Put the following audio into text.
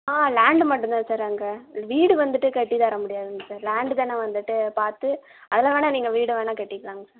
ஆ land மட்டும் தான் sir அங்கே வீடு வந்துட்டு கட்டி தர முடியாதுங்க சார் லேண்டுதானே வந்துட்டு பார்த்து அதில் வேணா நீங்கள் வீடை வேணா கட்டிக்கோங்க சார்